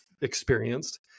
experienced